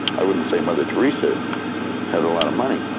i wouldn't say mother teresa has a lot of money,